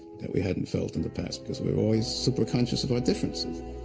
that we hadn't felt in the past, cause we're always super-conscious of our differences,